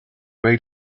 made